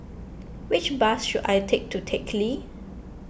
which bus should I take to Teck Lee